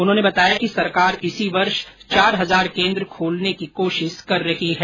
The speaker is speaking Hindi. उन्होंने बताया कि सरकार इसी वर्ष चार हजार केन्द्र खोलने की कोशिश कर रही है